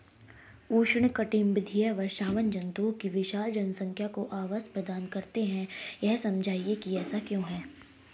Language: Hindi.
उष्णकटिबंधीय वर्षावन जंतुओं की विशाल जनसंख्या को आवास प्रदान करते हैं यह समझाइए कि ऐसा क्यों है?